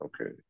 Okay